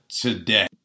today